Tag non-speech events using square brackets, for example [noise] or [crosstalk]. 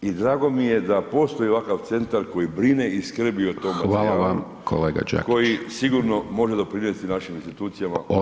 I drago mi je da postoji ovakav centar koji brine i skrbi o tome ... [unintelligible] [[Upadica Dončić: Hvala vam kolega Đakić.]] koji sigurno može doprinijeti našim institucijama ... [unintelligible] istine.